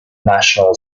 national